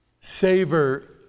savor